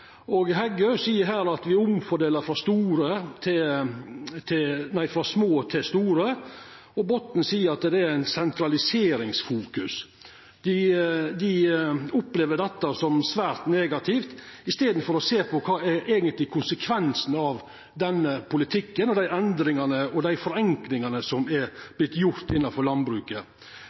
Senterpartiet. Heggø seier her at me omfordeler frå små til store, og Botten seier at det er eit «sentraliseringsfokus». Dei opplever dette som svært negativt, i staden for å sjå på kva som eigentleg er konsekvensen av denne politikken og dei endringane og dei forenklingane som er vortne gjorde innanfor landbruket.